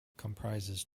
comprises